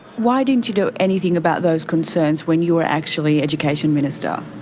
why didn't you do anything about those concerns when you were actually education minister?